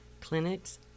clinics